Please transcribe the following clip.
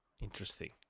interesting